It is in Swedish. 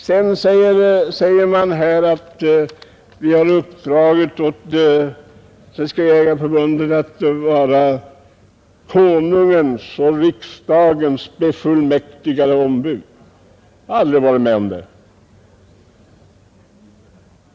Sedan säger man här att vi har uppdragit åt Svenska jägareförbundet att vara Konungens och riksdagens befullmäktigade ombud. Jag har aldrig varit med om det!